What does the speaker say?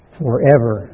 forever